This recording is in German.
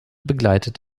begleitet